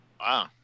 Wow